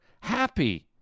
happy